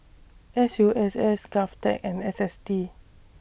S U S S Govtech and S S T